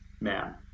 man